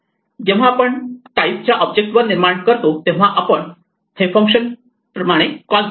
जेव्हा आपण टाईप च्या ऑब्जेक्ट वर निर्माण करतो तेव्हा आपण हे फंक्शन प्रमाणे कॉल करतो